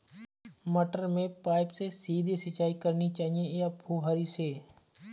मटर में पाइप से सीधे सिंचाई करनी चाहिए या फुहरी से?